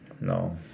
No